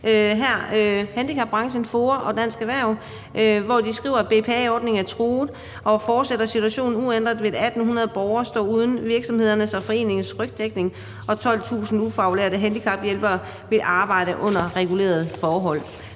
os – Handicapbranchen Danmark, FOA og Dansk Erhverv – hvor de skriver, at BPA-ordningen er truet, og fortsætter situationen uændret, vil 1.800 borgere stå uden virksomhedernes og foreningens rygdækning, og 12.000 ufaglærte handicaphjælpere vil arbejde uden regulerede forhold.